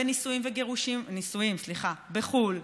בנישואים בחו"ל.